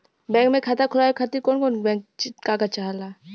Bank मे खाता खोलवावे खातिर कवन कवन कागज चाहेला?